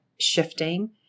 Shifting